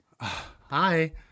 hi